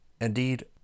Indeed